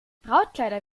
brautkleider